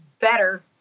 better